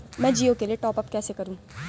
मैं जिओ के लिए टॉप अप कैसे करूँ?